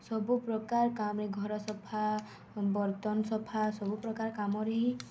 ସବୁ ପ୍ରକାର୍ କାମ୍ରେ ଘର୍ ସଫା ବର୍ତ୍ତନ୍ ସଫା ସବୁ ପ୍ରକାର୍ କାମରେ ହିଁ